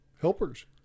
helpers